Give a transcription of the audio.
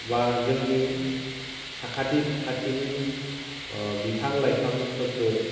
बा जोंनि साखाथि फाखाथिनि बिफां लाइफांफोरखौ